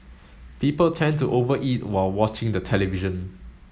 people tend to over eat while watching the television